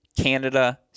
Canada